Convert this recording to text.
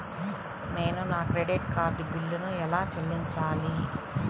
నేను నా credit card బిల్లును ఎలా చెల్లించాలీ?